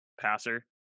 passer